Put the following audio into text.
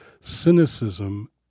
cynicism